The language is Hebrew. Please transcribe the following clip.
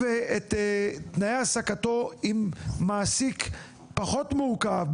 את תנאי העסקתו עם מעסיק פחות מורכב,